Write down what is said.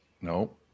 nope